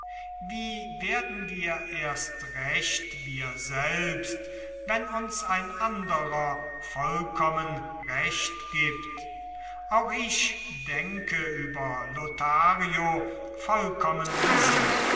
wie werden wir erst recht wir selbst wenn uns ein anderer vollkommen recht gibt auch ich denke über lothario vollkommen wie sie